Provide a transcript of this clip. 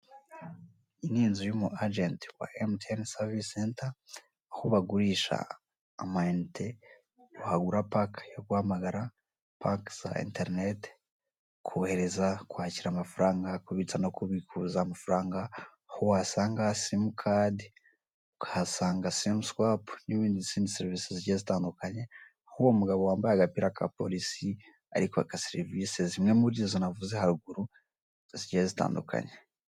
Iyi ni inzu y'umu ajenti wa emutiyeni savisi senta aho bagurisha amayinite, wagura pake yo guhamagara, pake za interineti, kohereza, kwakira amafaranga, kubitsa no kubikuza amafaranga, aho wasanga simukadi, ukahasanga simu swapu n'izindi serivise zigiye zitandukanye nk'uwo mugabo wambaye agapira ka polisi ari kwaka serivise zimwe muri izo nagiye mvuga haruguru.